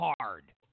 hard